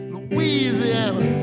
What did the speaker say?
Louisiana